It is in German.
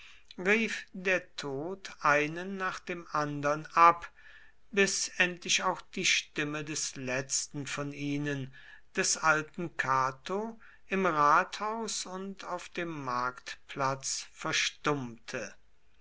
der tod einen nach dem andern ab bis endlich auch die stimme des letzten von ihnen des alten cato im rathaus und auf dem marktplatz verstummte